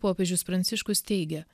popiežius pranciškus teigia